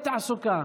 תעסוקה),